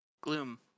Gloom